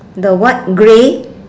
the what grey